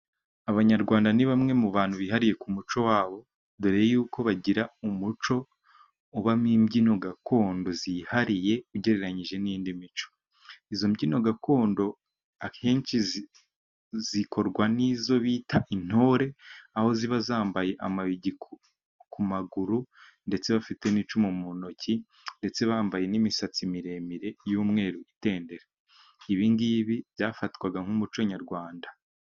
Abanyarwanda ni bamwe mu bantu bihariye ku muco wabo dore y'uko bagira umuco ubamo imbyino gakondo zihariye ugereranyije n'indi mico. Izo mbyino gakondo akenshi zikorwa n'izo bita intore aho ziba zambaye amabigi ku maguru ndetse bafite n'icumu mu ntoki ndetse bambaye n'imisatsi miremire y'umweru itendera. ibi ngibi byafatwaga nk'umuco nyarwanda.